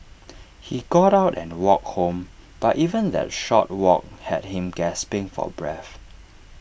he got out and walked home but even that short walk had him gasping for breath